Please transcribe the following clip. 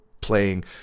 playing